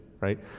right